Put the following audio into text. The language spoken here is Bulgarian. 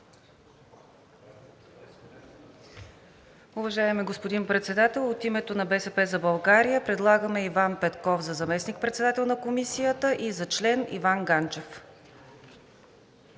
Уважаеми господин Председател, от името на „БСП за България“ предлагаме Иван Петков за заместник-председател на Комисията и за член Иван Ганчев.